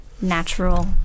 natural